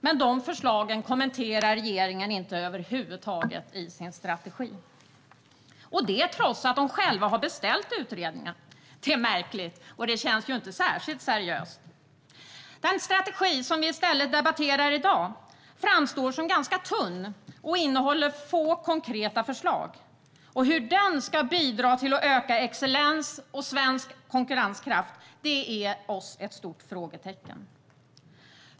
Men dessa förslag kommenterar regeringen över huvud taget inte i sin strategi - detta trots att regeringen själv har beställt utredningen. Det är märkligt, och det känns inte särskilt seriöst. Den strategi vi i stället debatterar i dag framstår som ganska tunn och innehåller få konkreta förslag. Hur den ska bidra till att öka excellens och svensk konkurrenskraft är för oss ett stort frågetecken.